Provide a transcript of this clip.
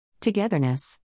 Togetherness